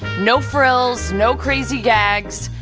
no frills, no crazy gags,